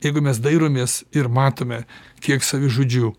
jeigu mes dairomės ir matome kiek savižudžių